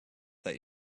that